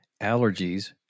allergies